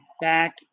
back